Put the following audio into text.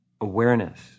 awareness